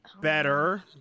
better